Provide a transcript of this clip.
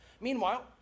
Meanwhile